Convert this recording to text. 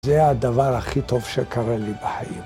זה הדבר הכי טוב שקרה לי בחיים.